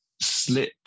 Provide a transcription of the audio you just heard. slip